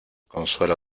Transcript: consuelo